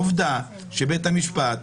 אבל עובדה שבית המשפט,